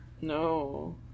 No